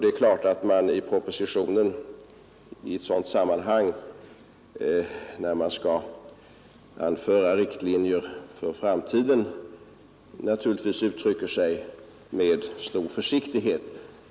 Det är givet att man i propositionen i ett sådant sammanhang, när man skall ange riktlinjer för framtiden, uttrycker sig med stor försiktighet.